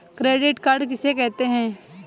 Credit card किसे कहते हैं?